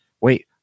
wait